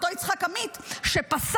אותו יצחק עמית שפסל,